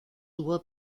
hubo